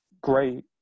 great